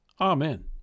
Amen